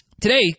today